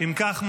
אם כך,